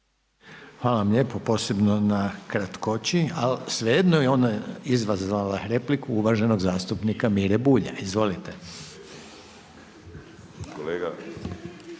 Hvala lijepo posebno na kratkoći. Ali svejedno je ona izazvala repliku uvaženog zastupnika Mire Bulja. Izvolite.